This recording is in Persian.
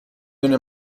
دونه